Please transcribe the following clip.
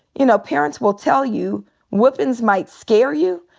you know, parents will tell you whoopin's might scare you,